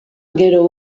gero